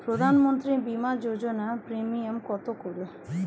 প্রধানমন্ত্রী বিমা যোজনা প্রিমিয়াম কত করে?